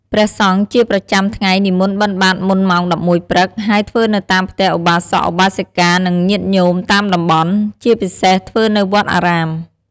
ព្រះសង្ឃជាប្រចាំថ្ងៃនិមន្តបិណ្ឌបាតមុនម៉ោង ១១ ព្រឹក ហើយធ្វើនៅតាមផ្ទះឧបាសក ឧបាសិកា និងញាតិញោមតាមតំបន់ ជាពិសេសធ្វើនៅវត្តអារាម។